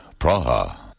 Praha